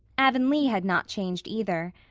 avonlea had not changed, either.